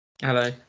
hello